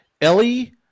Ellie